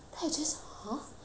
then I don't know what to do